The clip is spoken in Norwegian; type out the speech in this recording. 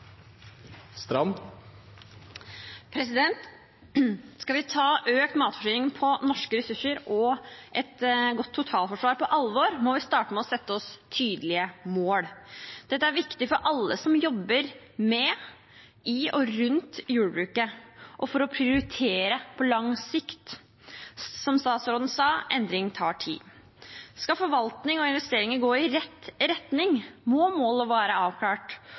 gang. Skal vi ta økt matforsyning på norske ressurser og et godt totalforsvar på alvor, må vi starte med å sette oss tydelige mål. Dette er viktig for alle som jobber med, i og rundt jordbruket og for å prioritere på lang sikt. Som statsråden sa, endring tar tid. Skal forvaltning og investeringer gå i rett retning, må målet være avklart.